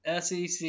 SEC